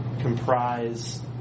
comprise